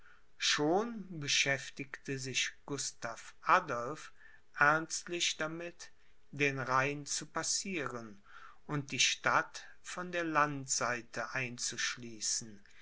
schon beschäftigte sich gustav adolph ernstlich damit den rhein zu passieren und die stadt von der landseite einzuschließen